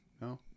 No